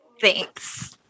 Thanks